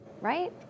right